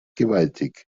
gewaltig